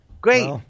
Great